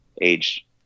age